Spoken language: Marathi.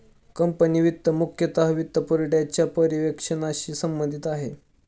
कंपनी वित्त मुख्यतः वित्तपुरवठ्याच्या पर्यवेक्षणाशी संबंधित आहे